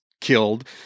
killed